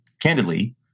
candidly